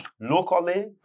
Locally